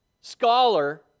scholar